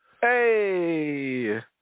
Hey